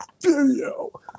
video